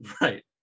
right